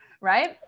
Right